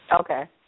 Okay